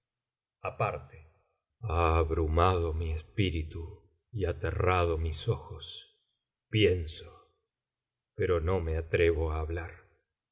ha abrumado mi espíritu y aterrado mis ojos pienso pero no me atrevo á hablar